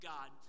God